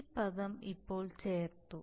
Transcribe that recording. ഈ പദം ഇപ്പോൾ ചേർത്തു